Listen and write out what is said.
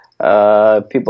People